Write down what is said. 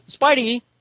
Spidey